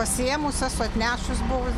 pasiėmus esu atnešus buvus